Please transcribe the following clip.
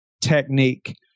technique